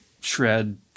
shred